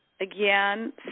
Again